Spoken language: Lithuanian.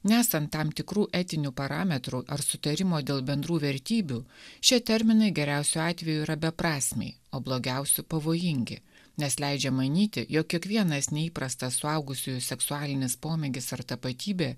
nesant tam tikrų etinių parametrų ar sutarimo dėl bendrų vertybių šie terminai geriausiu atveju yra beprasmiai o blogiausiu pavojingi nes leidžia manyti jog kiekvienas neįprastas suaugusiųjų seksualinis pomėgis ar tapatybė